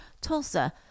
tulsa